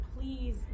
please